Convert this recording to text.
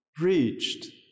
reached